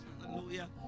Hallelujah